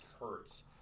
hurts